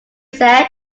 said